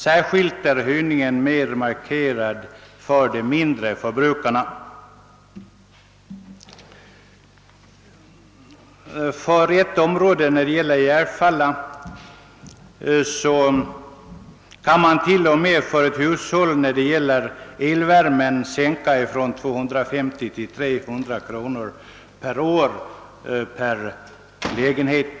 Där är höjningen särskilt markant för de mindre förbrukarna. I Järfälla har kostnaderna för elvärme kunnat sänkas med inte mindre än 250—300 kr. per år och lägenhet.